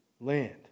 land